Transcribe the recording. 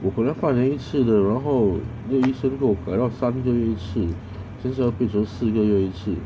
我本来换了一次的然后那个医生跟我改到三个月一次现在要变成四个月一次